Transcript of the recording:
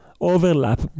overlap